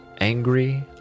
angry